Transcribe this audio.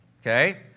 okay